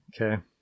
Okay